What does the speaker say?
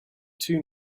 two